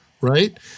right